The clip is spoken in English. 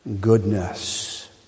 Goodness